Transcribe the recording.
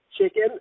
chicken